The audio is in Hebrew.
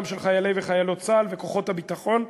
של חיילי וחיילות צה"ל וכוחות הביטחון.